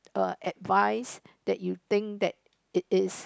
err advice that you think that it is